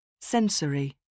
Sensory